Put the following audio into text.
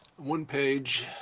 one page